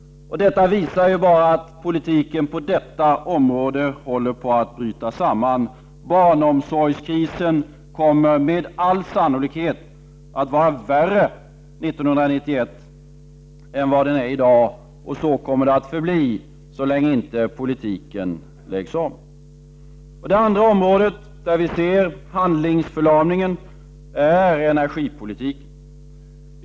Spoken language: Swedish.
Det visar bara att politiken på detta område håller på att bryta samman. Barnomsorgskrisen kommer med all sannolikhet att vara värre 1991 än vad den är i dag, och så kommer det att förbli så länge inte politiken läggs om. Det andra området där vi ser handlingsförlamningen är energipolitiken.